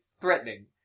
threatening